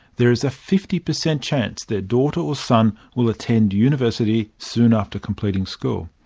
there is a fifty per cent chance their daughter or son will attend university soon after completing school.